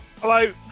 Hello